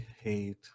hate